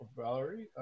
valerie